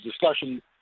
discussion